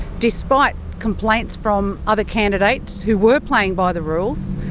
despite complaints from other candidates who were playing by the rules,